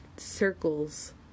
circles